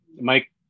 Mike